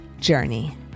journey